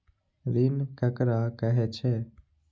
ऋण ककरा कहे छै?